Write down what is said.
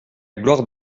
gloire